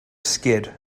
skid